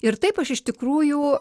ir taip aš iš tikrųjų